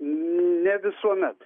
ne visuomet